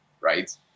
Right